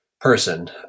person